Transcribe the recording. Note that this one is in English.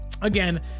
Again